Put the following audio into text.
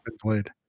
played